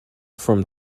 from